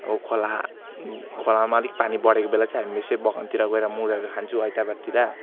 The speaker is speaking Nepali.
अब खोला खोलामा अलिक पानी बढेको बेलामा चाहिँ हामी यसै बगानतिर गएर मुरैहरू खान्छौँ आइतबारतिर